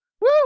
Woo